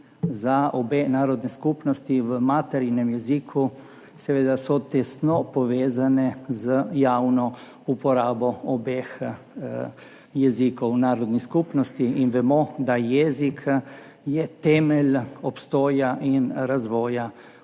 za obe narodni skupnosti v materinem jeziku tesno povezane z javno uporabo obeh jezikov narodnih skupnosti. In vemo, da je jezik temelj obstoja in razvoja